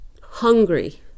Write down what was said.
hungry